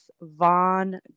Vaughn